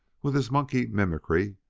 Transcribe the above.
with his monkey mimicry,